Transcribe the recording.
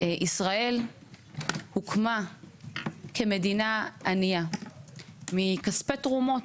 ישראל הוקמה כמדינה ענייה מכספי תרומות,